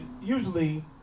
usually